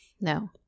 No